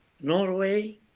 Norway